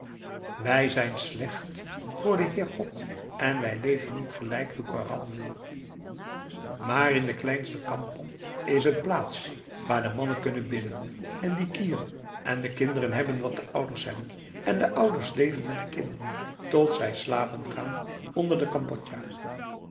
wij zijn slecht voor den heer god en wij leven niet gelijk de koran wil maar in de kleinste kampong is een plaats waar de mannen kunnen bidden en dikir en de kinderen hebben wat de ouders hebben en de ouders leven met de kinderen tot zij slapen gaan onder de kambodja